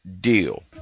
deal